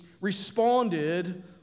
responded